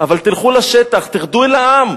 אבל תלכו לשטח, תרדו אל העם,